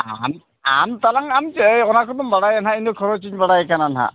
ᱟᱢ ᱟᱢᱛᱟᱞᱟᱝ ᱟᱢ ᱪᱮ ᱚᱱᱟ ᱠᱚᱫᱚᱢ ᱵᱟᱲᱟᱭᱟ ᱦᱟᱜ ᱤᱧ ᱫᱚ ᱠᱷᱚᱨᱚᱪᱤᱧ ᱵᱟᱲᱟᱭ ᱠᱟᱱᱟ ᱦᱟᱜ